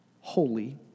holy